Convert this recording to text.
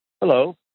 Hello